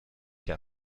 der